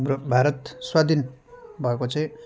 हाम्रो भारत स्वाधीन भएको चाहिँ